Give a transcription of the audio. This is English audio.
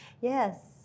Yes